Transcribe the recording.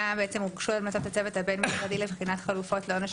הוגשו המלצות לצוות הבין משרדי לבחינת חלופות לעונש